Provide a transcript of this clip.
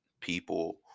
people